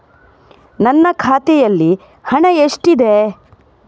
ನನ್ನ ಖಾತೆಯಲ್ಲಿ ಹಣ ಎಷ್ಟಿದೆ?